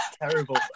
terrible